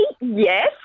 yes